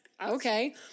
Okay